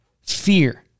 fear